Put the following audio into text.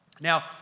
Now